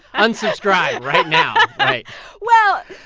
unsubscribe right now. right well,